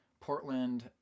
Portland